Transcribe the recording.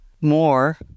more